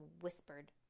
whispered